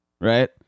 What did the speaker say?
Right